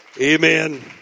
Amen